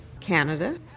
Canada